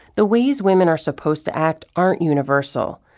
the ways women are supposed to act aren't universal.